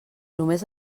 només